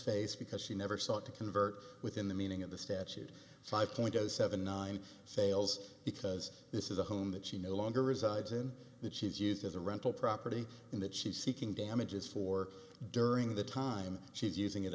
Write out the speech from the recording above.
face because she never sought to convert within the meaning of the statute five point zero seven nine sales because this is a home that she no longer resides in that she is used as a rental property and that she's seeking damages for during the time she's using it